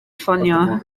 ffonio